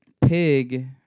Pig